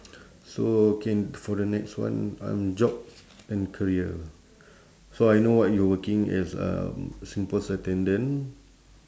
so can for the next one um job and career so I know what you working as um singpost attendant